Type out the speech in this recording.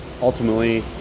ultimately